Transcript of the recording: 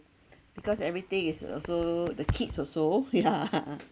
because everything is also the kids also yeah